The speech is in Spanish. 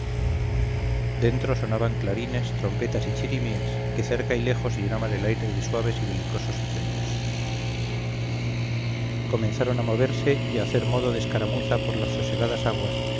dentro sonaban clarines trompetas y chirimías que cerca y lejos llenaban el aire de suaves y belicosos acentos comenzaron a moverse y a hacer modo de escaramuza por las sosegadas aguas